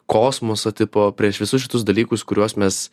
kosmoso tipo prieš visus šituos dalykus kuriuos mes